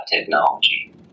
technology